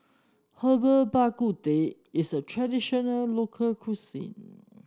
Herbal Bak Ku Teh is a traditional local cuisine